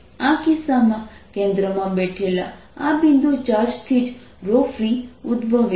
આ કિસ્સામાં કેન્દ્રમાં બેઠેલા આ બિંદુ ચાર્જથી જ free ઉદ્દભવે છે